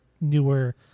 newer